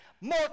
More